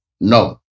No